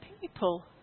people